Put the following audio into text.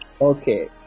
okay